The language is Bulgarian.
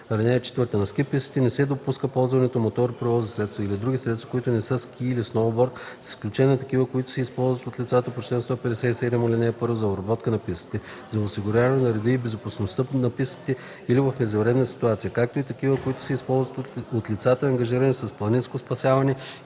(4) На ски пистите не се допуска ползването на моторни превозни средства или други средства, които не са ски или сноуборд, с изключение на такива, които се използват от лицето по чл. 157, ал. 1 за обработка на пистите, за осигуряване на реда и безопасността по пистите или в извънредна ситуация, както и такива, които се използват от лицата, ангажирани с планинско спасяване